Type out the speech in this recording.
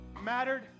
mattered